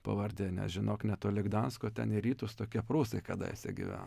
pavardė nes žinok netoli gdansko ten į rytus tokie prūsai kadaise gyveno